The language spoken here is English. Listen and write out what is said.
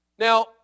Now